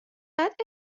بعد